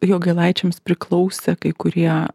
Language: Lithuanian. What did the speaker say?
jogailaičiams priklausę kai kurie